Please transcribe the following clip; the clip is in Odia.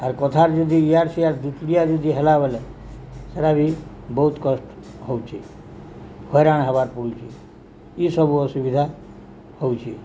ଆର୍ କଥାର୍ ଯଦି ୟାର୍ ସିଆର୍ ଯଦି ହେଲା ବଲେ ସେଇଟା ବି ବହୁତ କଷ୍ଟ ହେଉଛି ହଇରାଣ ହବାର ପଡ଼ୁଛି ଇସବୁ ଅସୁବିଧା ହେଉଛି